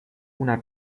una